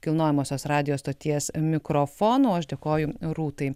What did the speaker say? kilnojamosios radijo stoties mikrofono aš dėkoju rūtai